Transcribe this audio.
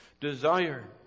desire